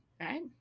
right